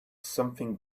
something